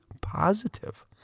positive